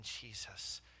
Jesus